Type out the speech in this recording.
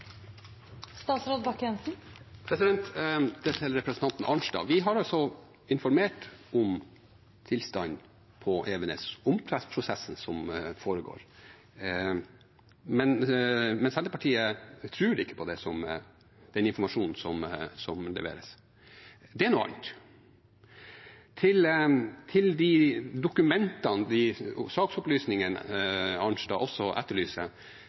til representanten Arnstad: Vi har altså informert om tilstanden på Evenes, om prosessen som foregår, men Senterpartiet tror ikke på den informasjonen som leveres. Det er noe annet. Til de dokumentene, de saksopplysningene, som Arnstad også etterlyser: